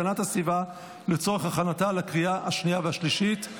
והגנת הסביבה לצורך הכנתה לקריאה השנייה והשלישית.